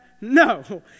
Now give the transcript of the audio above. No